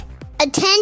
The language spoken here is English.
Attention